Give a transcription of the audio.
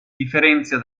differenza